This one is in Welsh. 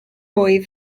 mwy